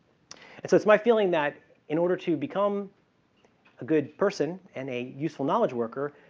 and so, it's my feeling that in order to become a good person and a useful knowledge worker,